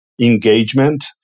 engagement